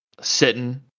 sitting